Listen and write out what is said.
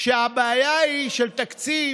שהבעיה של תקציב